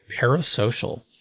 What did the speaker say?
Parasocial